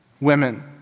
women